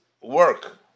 work